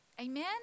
Amen